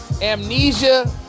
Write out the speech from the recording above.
amnesia